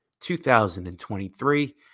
2023